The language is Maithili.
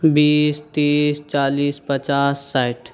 बीस तीस चालीस पचास साठि